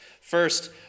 First